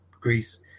Greece